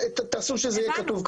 תעשו שזה יהיה כתוב ככה,